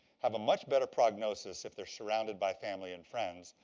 have a much better prognosis if they're surrounded by family and friends,